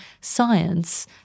science